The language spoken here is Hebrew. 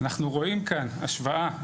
אנחנו רואים כאן השוואה.